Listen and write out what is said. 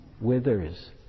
withers